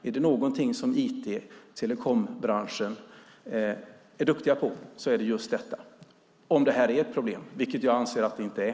Är det någonting som IT och telekombranschen är duktig på är det just detta - om det här är ett problem, vilket jag anser att det inte är.